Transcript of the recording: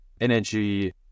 energy